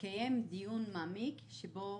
לקיים דיון מעמיק שבו